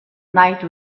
night